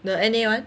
the N_A [one]